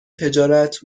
تجارت